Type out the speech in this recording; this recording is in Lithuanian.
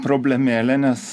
problemėlė nes